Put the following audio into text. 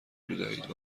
بدهید